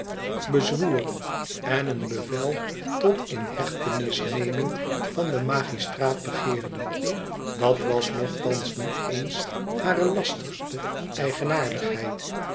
bezwoer en een bevel tot inhechtenisneming van den mastraat begeerde dat was nochtans niet eens hare lastigste eigenaardigheid